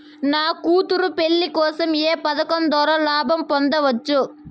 నా కూతురు పెళ్లి కోసం ఏ పథకం ద్వారా లాభం పొందవచ్చు?